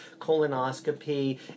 colonoscopy